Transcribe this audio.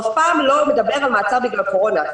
הוא אף פעם לא מדבר על מעצר בגלל קורונה.